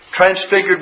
transfigured